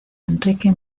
enrique